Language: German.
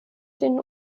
den